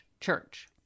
church